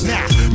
Now